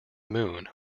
moon